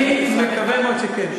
אני מקווה מאוד שכן.